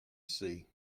see